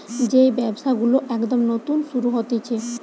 যেই ব্যবসা গুলো একদম নতুন শুরু হতিছে